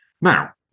Now